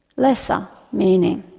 lesser meaning.